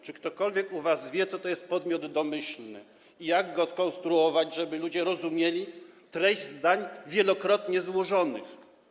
Czy ktokolwiek u was wie, co to jest podmiot domyślny i jak go skonstruować, żeby ludzie rozumieli treść zadań wielokrotnie złożonych?